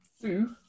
Two